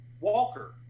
Walker